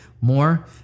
more